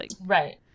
Right